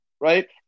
right